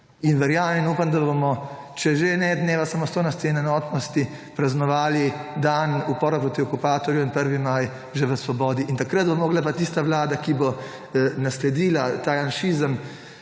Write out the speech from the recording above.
in verjamem in upam, da bomo, če že ne dneva samostojnosti in enotnosti, praznovali dan upora proti okupatorju in prvi maj že v svobodi. Takrat bo morala pa tista vlada, ki bo nasledila ta janšizem,